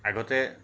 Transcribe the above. আগতে